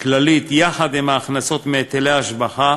כללית יחד עם ההכנסות מהיטלי השבחה